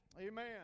Amen